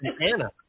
Anna